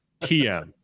tm